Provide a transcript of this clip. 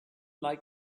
like